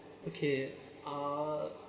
okay uh